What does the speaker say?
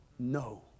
No